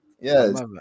Yes